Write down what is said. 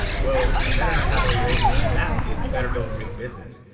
whoa, you better not have all your eggs in one basket, you better build a real business.